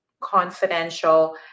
confidential